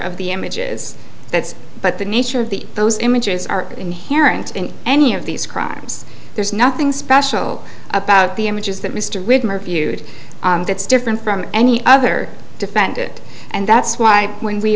of the images that's but the nature of the those images are inherent in any of these crimes there's nothing special about the images that mr widmer viewed that's different from any other defend it and that's why when we